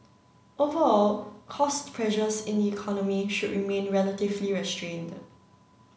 overall cost pressures in the economy should remain relatively restrained